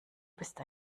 bist